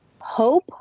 hope